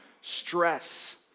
stress